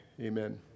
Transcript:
amen